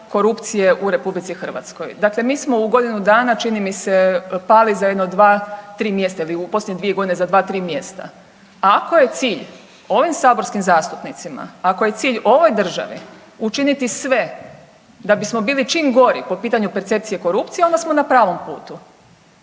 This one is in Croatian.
korupcije u RH. Dakle, mi smo u godinu dana čini mi se pali za jedno 2-3 ili u posljednje 2 godine za 2-3 mjesta. Ako je cilj ovim saborskim zastupnicima, ako je cilj ovoj državi učiniti sve da bismo bili čim gori po pitanju percepcije korupcije onda smo na pravom putu.